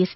S